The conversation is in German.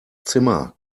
zimmer